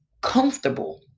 comfortable